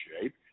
shape